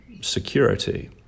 security